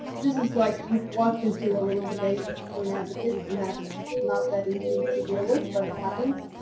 this is like you've walked into a little debate between advocates, and that's not that easy to deal with, but it happens.